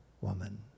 woman